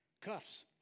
cuffs